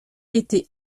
été